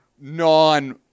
non-